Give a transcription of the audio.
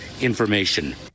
information